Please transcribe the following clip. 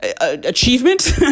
achievement